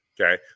Okay